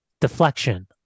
deflection